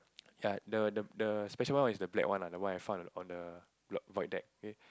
ya the the the special one is the black one ah the one I found on the block void deck okay